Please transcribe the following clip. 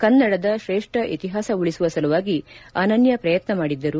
ಕನ್ನಡದ ಶ್ರೇಷ್ಠ ಇತಿಹಾಸ ಉಳಿಸುವ ಸಲುವಾಗಿ ಅನನ್ಯ ಪ್ರಯತ್ನ ಮಾಡಿದ್ದರು